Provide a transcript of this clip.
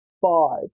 five